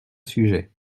sujet